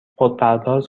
خودپرداز